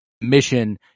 mission